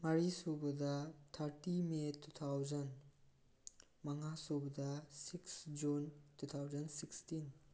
ꯃꯔꯤꯁꯨꯕꯗ thirty May two thousand ꯃꯉꯥ ꯁꯨꯕꯗ six June two thousand sixteen